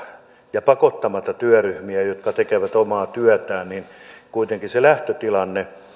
ja pakottamatta työryhmiä jotka tekevät omaa työtään toimeksiannossa kuitenkin se lähtötilanne